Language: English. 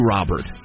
Robert